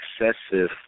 excessive